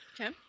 okay